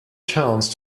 chance